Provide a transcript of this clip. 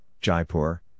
Jaipur